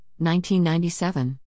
1997